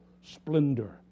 splendor